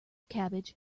cabbage